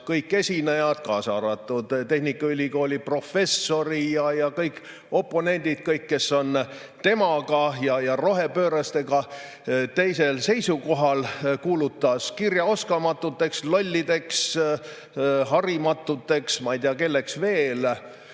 kõik esinejad, kaasa arvatud tehnikaülikooli professori ja kõik oponendid, kes on temast ja rohepöörastest erineval seisukohal, kirjaoskamatuteks, lollideks, harimatuteks, ma ei tea, kelleks veel,